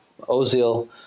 Ozil